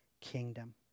kingdom